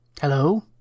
Hello